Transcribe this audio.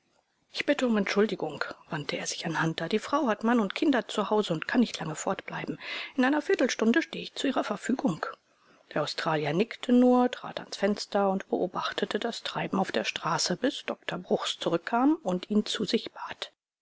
ich bitte um entschuldigung wandte er sich an hunter die frau hat mann und kinder zu hause und kann nicht lange fortbleiben in einer viertelstunde stehe ich zu ihrer verfügung der australier nickte nur trat ans fenster und beobachtete das treiben auf der straße bis dr bruchs zurückkam und ihn zu sich bat